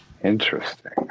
Interesting